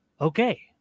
okay